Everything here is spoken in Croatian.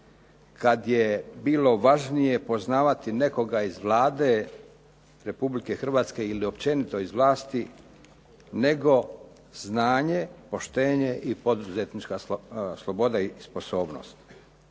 kada je bilo važnije poznavati nekoga iz Vlade Republike Hrvatske ili općenito nekoga iz vlasti, nego znanje, poštenje i poduzetnička sloboda i sposobnost.